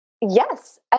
Yes